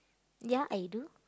ya I do